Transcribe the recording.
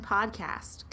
Podcast